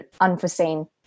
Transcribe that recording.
unforeseen